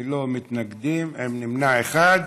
ללא מתנגדים, עם נמנע אחד.